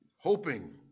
Hoping